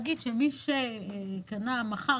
שמי שקנה ומכר,